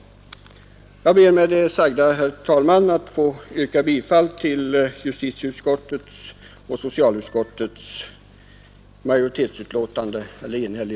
Jag ber med det sagda, herr talman, att få yrka bifall till justitieutskottets och socialutskottets förslag.